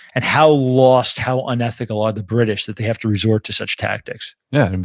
and how lost, how unethical are the british that they have to resort to such tactics. yeah, and